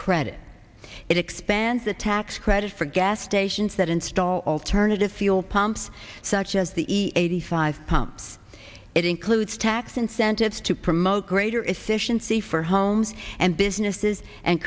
credit it expands the tax credits for gas stations that install alternative fuel pumps such as the e eighty five pumps it includes tax incentives to promote greater efficiency for homes and businesses and